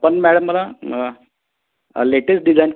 पण मॅडम मला latest design पाहिजे